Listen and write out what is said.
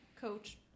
coach